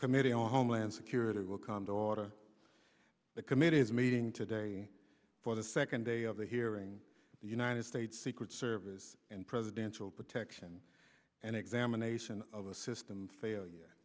committee on homeland security will come to order the committee is meeting today for the second day of the hearing the united states secret service and presidential protection and examination of the system failure